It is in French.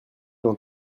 dans